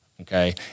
Okay